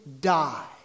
die